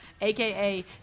aka